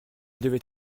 devait